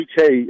UK